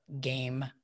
Game